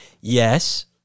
yes